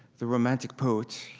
the romantic poet,